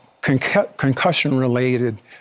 concussion-related